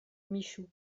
michou